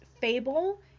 fable